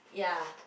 ya